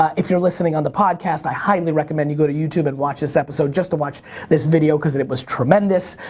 if you're listening on the podcast, i highly recommend you go to youtube and watch this episode just to watch this video, cause it it was tremendous.